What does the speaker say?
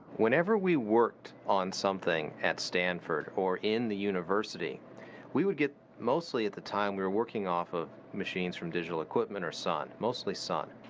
whenever we worked on something at stanford or in the university, we would get, mostly at the time we were working off machines from digital equipment or sun, mostly sun.